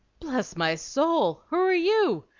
bless my soul! who are you?